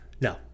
No